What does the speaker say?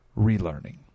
relearning